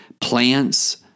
Plants